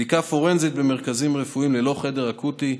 בדיקה פורנזית במרכזים רפואיים ללא חדר אקוטי,